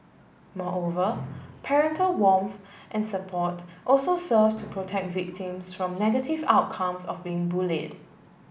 moreover parental warmth and support also serve to protect victims from negative outcomes of being bullied